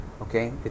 Okay